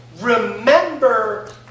remember